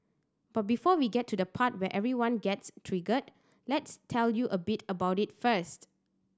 but before we get to the part where everyone gets triggered let's tell you a bit about it first